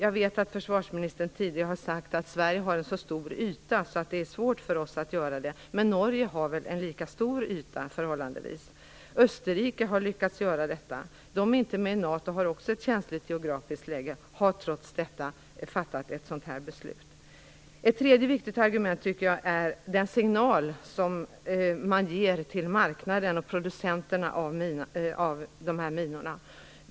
Jag vet att försvarsministern tidigare har sagt att Sverige har så stor yta att det är svårt för oss att göra detta, men Norge har väl en förhållandevis lika stor yta. Österrike har lyckats göra detta. De är inte med i NATO och har också ett känsligt geografiskt läge men har trots detta fattat ett sådant här beslut. Ett tredje viktigt argument tycker jag är den signal som man ger till marknaden och till dem som producerar minor.